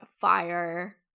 fire